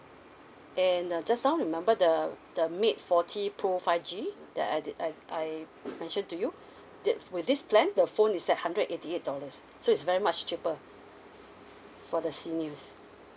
and uh just now remember the the mate forty pro five G that I did I I mention to you that with this plan the phone is at hundred and eighty eight dollars so is very much cheaper for the seniors